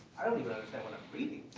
i don't even understand what i'm reading.